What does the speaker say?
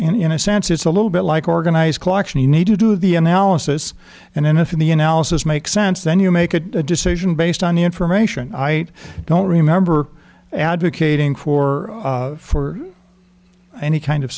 in a sense it's a little bit like organize collection you need to do the analysis and then if in the analysis make sense then you make a decision based on the information i don't remember advocating for for any kind of